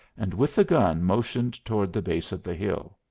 and with the gun motioned toward the base of the hill.